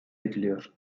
ediliyor